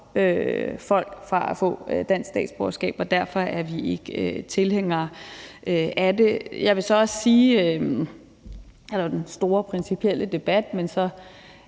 folk fra at få dansk statsborgerskab, og derfor er vi ikke tilhængere af det. Der er jo er den store principielle debat man